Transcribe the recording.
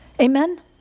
Amen